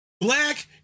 Black